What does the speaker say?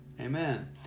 amen